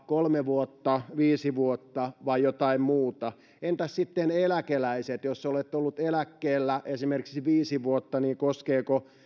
kolme vuotta viisi vuotta vai jotain muuta entäs sitten eläkeläiset jos olet ollut eläkkeellä esimerkiksi viisi vuotta niin koskeeko